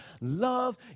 Love